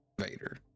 vader